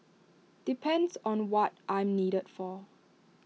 depends on what I'm needed for